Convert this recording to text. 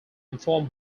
inform